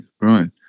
right